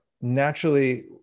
naturally